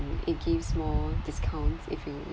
it gives more discounts if you